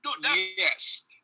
Yes